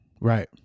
right